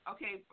Okay